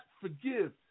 forgive